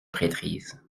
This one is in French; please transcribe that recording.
prêtrise